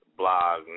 blog